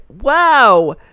Wow